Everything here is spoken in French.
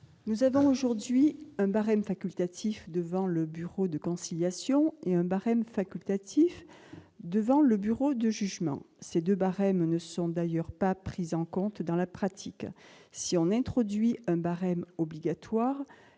Existent aujourd'hui un barème facultatif devant le bureau de conciliation et un barème facultatif devant le bureau de jugement. Ces deux barèmes ne sont d'ailleurs pas pris en compte dans la pratique. Si un barème obligatoire